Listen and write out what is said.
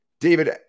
David